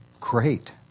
great